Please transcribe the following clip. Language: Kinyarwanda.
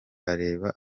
areba